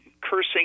cursing